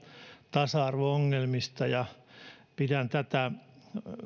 tasa arvo ongelmista pidän tätä